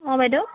অঁ বাইদেউ